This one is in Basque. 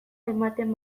ematen